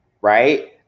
right